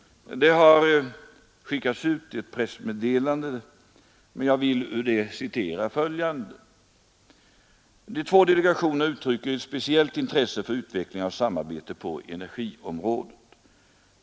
Det har skickats ut ett pressmeddelande, och jag vill ur det citera följande: De två delegationerna uttrycker ett speciellt intresse för samarbete på energiområdet.